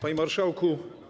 Panie Marszałku!